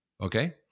Okay